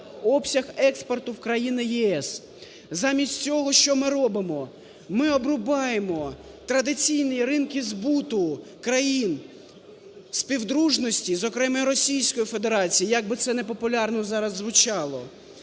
обсяг експорту у країни ЄС. Замість цього що ми робимо? Ми обрубаємо традиційні ринку збуту країн співдружності, зокрема Російської Федерації, як би це непопулярно зараз звучало.